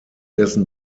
dessen